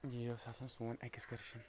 یی اوس آسان سون اٮ۪کٕسکرشن